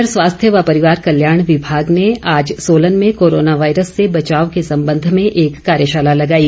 इधर स्वास्थ्य व परिवार कल्याण विभाग ने आज सोलन में कोरोना वायरस से बचाव के संबंध में एक कार्यशाला लगाई